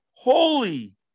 Holy